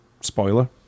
spoiler